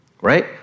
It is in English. right